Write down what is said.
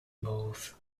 both